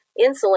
insulin